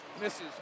Misses